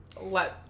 let